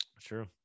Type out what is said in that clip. True